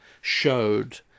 showed